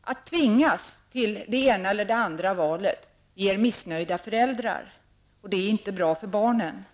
Att tvingas till det ena eller andra valet ger missnöjda föräldrar, och det är inte bra för barnen.